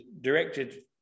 directed